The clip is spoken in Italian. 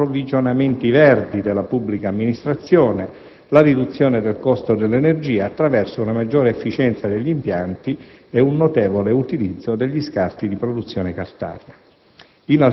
gli «approvvigionamenti verdi» della pubblica amministrazione, la riduzione del costo dell'energia attraverso una maggiore efficienza degli impianti e un notevole utilizzo degli scarti di produzione cartaria.